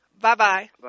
bye-bye